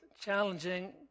challenging